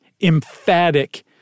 emphatic